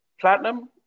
platinum